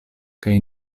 kaj